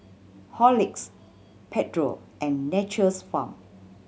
Horlicks Pedro and Nature's Farm